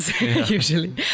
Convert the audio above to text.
usually